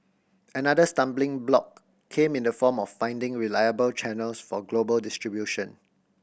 another stumbling block came in the form of finding reliable channels for global distribution